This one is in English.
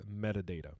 metadata